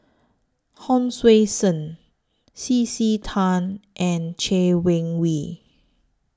Hon Sui Sen C C Tan and Chay Weng Yew